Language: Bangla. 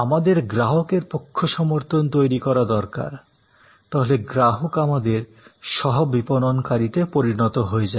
আমাদের গ্রাহকের পক্ষসমর্থন তৈরি করা দরকার তাহলে গ্রাহক আমাদের সহ বিপণনকারীতে পরিণত হয় যাবে